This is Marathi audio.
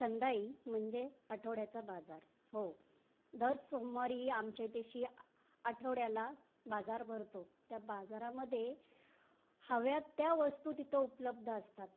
संदाइ म्हणजे आठवड्याचा बाजार हो दर सोमवारी आमच्या इथेशी आ आठवड्याला बाजार भरतो त्या बाजारामध्ये हव्या त्या वस्तू तिथं उपलब्ध असतात